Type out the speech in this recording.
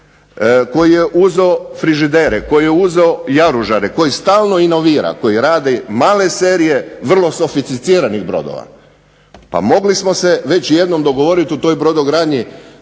koji je uzeo frižidere, koji je uzeo jaružare, koji stalno inovira, koji radi male serije vrlo sofisticiranih brodova. Pa mogli smo se već jednom dogovoriti u toj brodogradnji